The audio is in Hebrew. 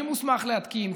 מי מוסמך להתקין,